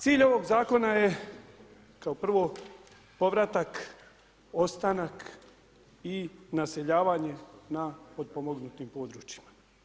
Cilj ovog zakona je kao prvo povratak, ostanak i naseljavanje na potpomognutim područjima.